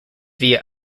via